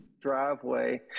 driveway